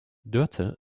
dörte